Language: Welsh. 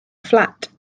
fflat